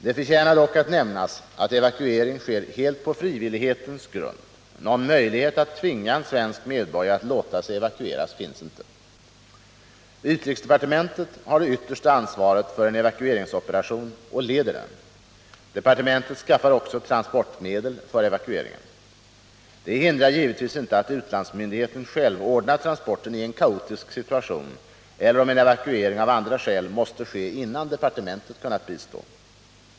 Det förtjänar dock att nämnas att evakuering sker helt på frivillighetens grund. Någon möjlighet att tvinga en svensk medborgare att låta sig evakueras finns inte. Utrikesdepartementet har det yttersta ansvaret för en evakueringsoperation och leder den. Departementet skaffar också transportmedel för evakueringen. Det hindrar givetvis inte att utlandsmyndigheten själv ordnar transporten i en kaotisk situation eller om en evakuering av andra skäl måste ske innan departementet kunnat bistå.